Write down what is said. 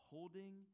Holding